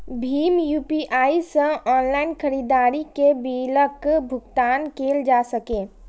भीम UPI सं online खरीदारी के बिलक भुगतान कैल जा सकैए